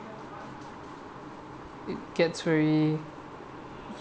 it gets very